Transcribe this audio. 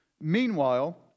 Meanwhile